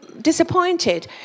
disappointed